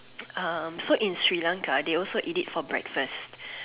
um so in Sri-Lanka they also eat it for breakfast